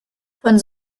von